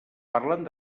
parlant